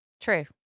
True